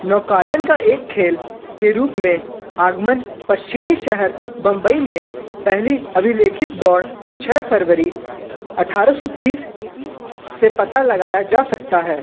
नौकायन का एक खेल के रूप में आगमन पश्चिमी शहर बम्बई में पहली अभिलेखित दौड़ छः फरवरी अठारह सौ तीस से पता लागाया जा सकता है